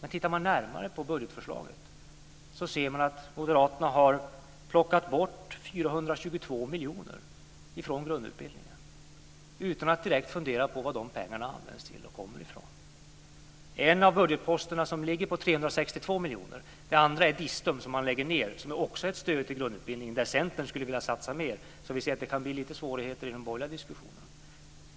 Men tittar man närmare på budgetförslaget ser man att moderaterna har plockat bort 422 miljoner från grundutbildningen, utan att direkt fundera på vad de pengarna används till och kommer ifrån. Det är också ett stöd i grundutbildningen där Centern skulle vilja satsa mer, så vi ser att det kan bli lite svårigheter i de borgerliga diskussionerna.